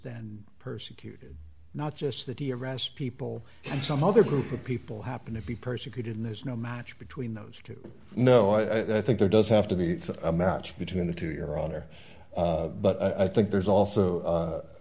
then persecuted not just that he arrest people and some other group of people happen to be persecuted and there's no match between those two no i think there does have to be a match between the two your honor but i think there's also